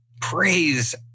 praise